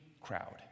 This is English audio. crowd